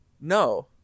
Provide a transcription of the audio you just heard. No